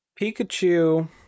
Pikachu